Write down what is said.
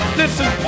listen